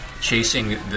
chasing